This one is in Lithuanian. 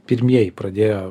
pirmieji pradėjo